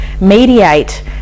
mediate